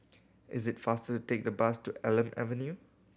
is it faster to take the bus to Elm Avenue